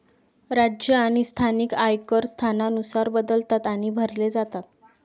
राज्य आणि स्थानिक आयकर स्थानानुसार बदलतात आणि भरले जातात